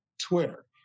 Twitter